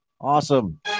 Awesome